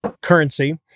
currency